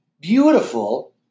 beautiful